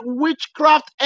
witchcraft